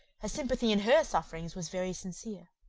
her sympathy in her sufferings was very sincere.